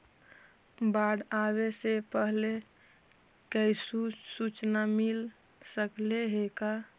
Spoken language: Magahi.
बाढ़ आवे से पहले कैसहु सुचना मिल सकले हे का?